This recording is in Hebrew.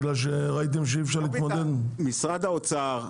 משרד האוצר,